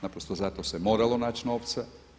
Naprosto za to se moralo naći novca.